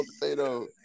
potato